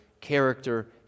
character